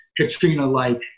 Katrina-like